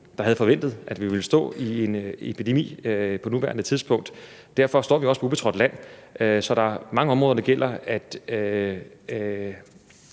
der havde forventet, at vi ville stå i en epidemi på nuværende tidspunkt – derfor står vi også på ubetrådt land. For mange af områderne gælder, at